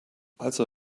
also